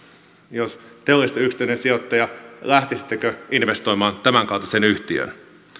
jos te olisitte yksityinen sijoittaja lähtisittekö investoimaan tämänkaltaiseen yhtiöön